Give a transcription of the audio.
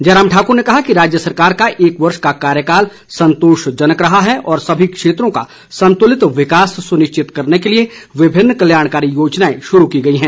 जयराम ठाक्र ने कहा कि राज्य सरकार का एक वर्ष का कार्यकाल संतोषजनक रहा है और सभी क्षेत्रों का संतुलित विकास सुनिश्चित करने के लिए विभिन्न कल्याणकारी योजनाएं शुरू की गई हैं